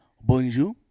bonjour